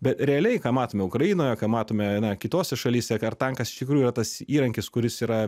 be realiai ką matome ukrainoje ką matome na kitose šalyse ar tankas iš tikrųjų yra tas įrankis kuris yra